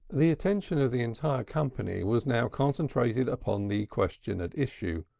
the attention of the entire company was now concentrated upon the question at issue,